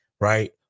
right